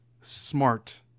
Smart